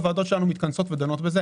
הוועדות שלנו מתכנסות ודנות בזה.